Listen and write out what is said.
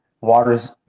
Waters